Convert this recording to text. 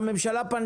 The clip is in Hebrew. הממשלה פנתה אלינו.